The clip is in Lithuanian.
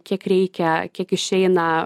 kiek reikia kiek išeina